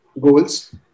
goals